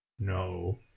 no